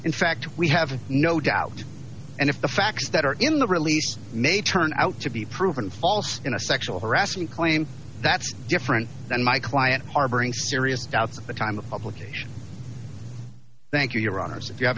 in fact we have no doubt and if the facts that are in the release may turn out to be proven false in a sexual harassment claim that's different than my client harboring serious doubts at the time of publication thank you your honors if you have